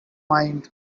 mind